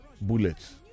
bullets